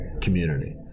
community